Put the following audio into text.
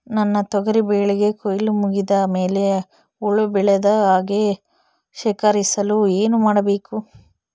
ನನ್ನ ತೊಗರಿ ಬೆಳೆಗೆ ಕೊಯ್ಲು ಮುಗಿದ ಮೇಲೆ ಹುಳು ಬೇಳದ ಹಾಗೆ ಶೇಖರಿಸಲು ಏನು ಮಾಡಬೇಕು?